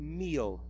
meal